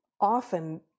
often